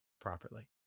properly